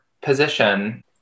position